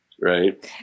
right